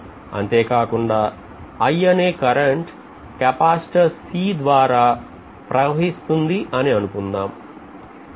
అంతేకాకుండా i అనే current capacitor C ద్వారా ప్రవహిస్తుంది అని అనుకుందాం